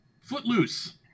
Footloose